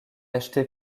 acheté